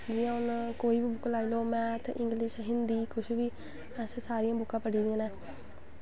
जि'यां कोई बी बुक्क लाई लैओ मैथ इंगलिश हिन्दी असें सारियां बुक्कां पढ़ी दियां न